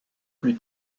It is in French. plus